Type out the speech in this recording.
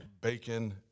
bacon